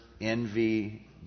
envy